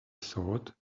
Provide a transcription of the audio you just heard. sought